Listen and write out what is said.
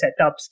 setups